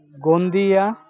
Gondia